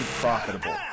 profitable